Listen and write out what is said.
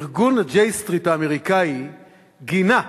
הארגוןStreet J האמריקני גינה את,